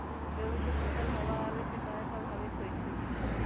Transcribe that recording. गेंहू के फसल हव आने से काहे पभवित होई छई?